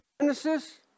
Genesis